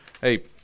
hey